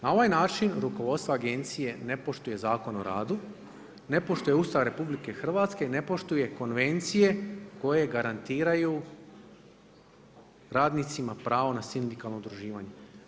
Na ovaj način rukovodstva agencije ne poštuju Zakon o radu, ne poštuju Ustav RH i ne poštuje konvencije koje garantiraju radnicima pravo na sindikalno udruživanje.